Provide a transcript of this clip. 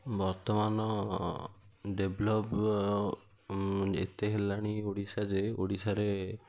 ବର୍ତ୍ତମାନ ଡେଭଲପ୍ ଏତେ ହେଲାଣି ଓଡ଼ିଶା ଯେ ଓଡ଼ିଶାରେ